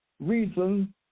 reason